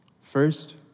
First